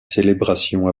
célébration